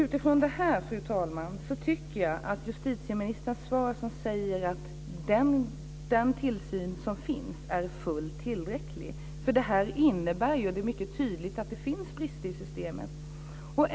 Utifrån detta, fru talman, har jag synpunkter på justitieministerns svar, som säger att den tillsyn som finns är fullt tillräcklig. Det är mycket tydligt att det finns brister i systemet.